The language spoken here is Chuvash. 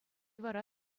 вара